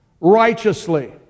righteously